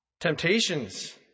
Temptations